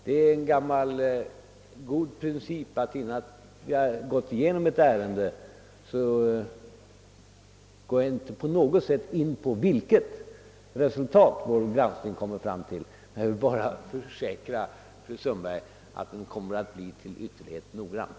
Det är som bekant en gammal god princip att inte innan vi har gått igenom ett ärende ordentligt göra någon antydan om vilket resultat vi kan komma till vid granskningen, men jag kan försäkra fru Sundberg att vår granskning kommer att bli ytterligt noggrann.